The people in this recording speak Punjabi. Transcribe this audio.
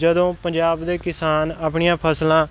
ਜਦੋਂ ਪੰਜਾਬ ਦੇ ਕਿਸਾਨ ਆਪਣੀਆਂ ਫਸਲਾਂ